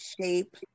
shape